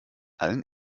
allen